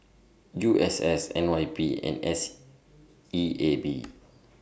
U S S N Y P and S E A B